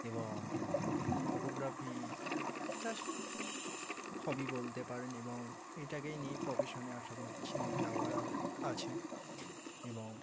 এবং photography just hobby বলতে পারেন এবং এটাকেই নিয়ে প্রফেশনে আশা করছি যাওয়ার আছে এবং